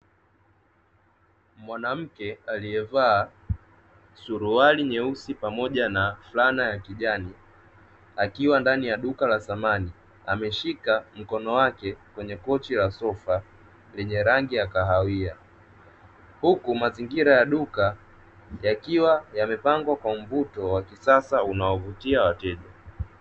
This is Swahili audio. Mwanake aliyevaa suruhali nyeusi pamoja na fulana ya kijani akiwa ndani ya duka la samani, ameshika mkono wake kwenye kochi la sofa lenye rangi ya kahawia, huku mazingira ya duka yakiwa yamepangwa kwa mvuto wa kisasa unao wavutia wateja.